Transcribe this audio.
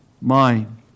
mind